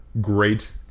great